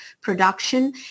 production